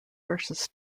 versus